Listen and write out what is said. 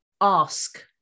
ask